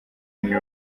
any